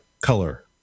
color